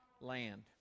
land